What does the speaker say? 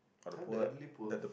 !huh! the elderly poor